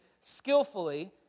skillfully